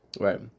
Right